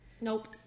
Nope